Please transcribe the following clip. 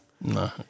No